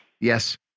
Yes